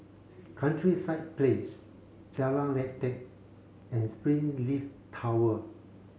Countryside Place Jalan Lateh and Springleaf Tower